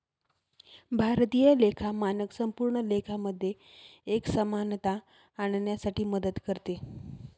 भारतीय लेखा मानक संपूर्ण लेखा मध्ये एक समानता आणण्यासाठी मदत करते